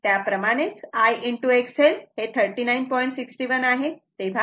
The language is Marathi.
त्या प्रमाणे I X L 39